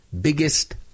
biggest